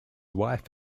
wife